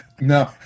No